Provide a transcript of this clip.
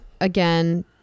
again